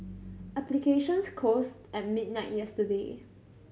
applications closed at midnight yesterday